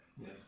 Yes